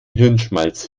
hirnschmalz